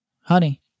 honey